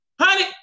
Honey